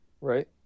right